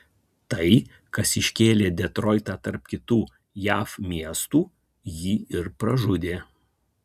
tai kas iškėlė detroitą tarp kitų jav miestų jį ir pražudė